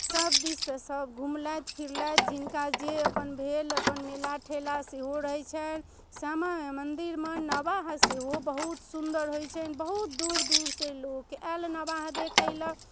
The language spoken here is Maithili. सब दिससँ सब घुमलथि फिरलथि जिनका जे अपन भेल अपन मेला ठेला सेहो रहै छनि श्यामा माइ मन्दिरमे नबाह सेहो बहुत सुन्दर होइ छनि बहुत दूर दूरसँ लोक आएल नबाह देखैलए